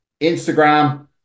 Instagram